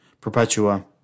Perpetua